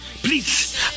Please